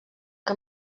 que